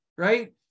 Right